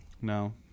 No